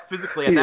physically